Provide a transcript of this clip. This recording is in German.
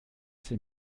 sie